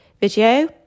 video